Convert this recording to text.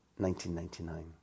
1999